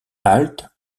halte